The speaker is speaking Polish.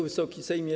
Wysoki Sejmie!